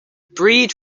breed